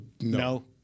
No